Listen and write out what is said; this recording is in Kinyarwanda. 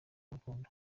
rukundo